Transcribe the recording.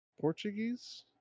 portuguese